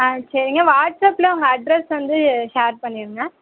ஆ சரிங்க வாட்ஸ்ஆப்பில் உங்கள் அட்ரஸ் வந்து ஷேர் பண்ணிடுங்க